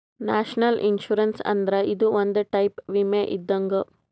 national insurance ಅಂದ್ರ ಇದು ಒಂದ್ ಟೈಪ್ ವಿಮೆ ಇದ್ದಂಗ್